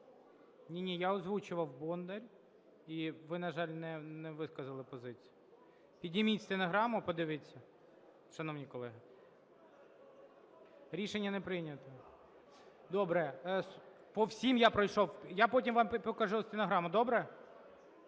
Ні-ні, я озвучував Бондар, і ви, на жаль, не висказали позицію. Підійміть стенограму, подивіться. Шановні колеги… Рішення не прийнято. Добре. (Шум у залі) По всім я пройшов. Я потім вам покажу стенограму, добре?